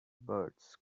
birds